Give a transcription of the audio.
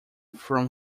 from